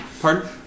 Pardon